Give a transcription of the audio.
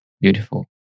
Beautiful